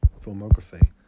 filmography